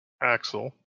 Axel